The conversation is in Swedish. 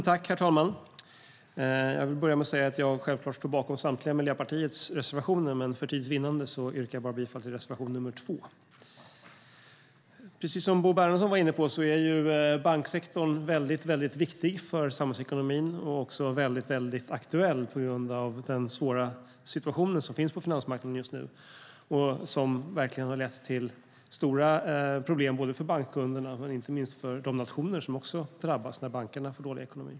Herr talman! Jag vill börja med att säga att jag självklart står bakom samtliga Miljöpartiets reservationer, men för tids vinnande yrkar jag bifall bara till reservation nr 2. Precis som Bo Bernhardsson var inne på är banksektorn väldigt viktig för samhällsekonomin och också väldigt aktuell på grund av den svåra situation som finns på finansmarknaden just nu och som verkligen har lett till stora problem för bankkunderna och inte minst för de nationer som också drabbas när bankerna får dålig ekonomi.